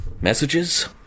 messages